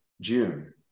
June